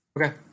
Okay